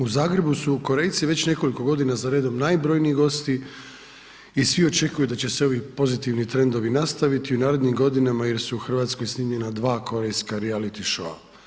U Zagrebu su Korejci već nekoliko godina za redom najbrojniji gosti i svi očekuju da će se ovi pozitivni trendovi nastaviti i u narednim godinama jer su u Hrvatskoj snimljena dva korejska reality showa.